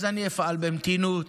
אז אני אפעל במתינות,